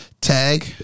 tag